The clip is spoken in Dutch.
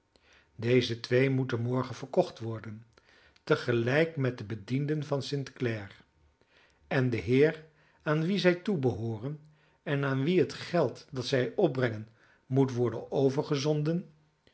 deze twee moeten morgen verkocht worden tegelijk met de bedienden van st clare en de heer aan wien zij toebehooren en aan wien het geld dat zij opbrengen moet worden overgezonden